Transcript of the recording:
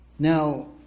Now